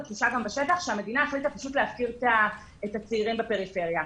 וזאת התחושה בשטח שהמדינה החליטה להפקיר את הצעירים בפריפריה.